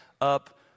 up